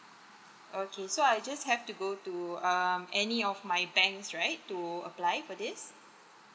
okay so I just have to go to um any of my banks right to apply for this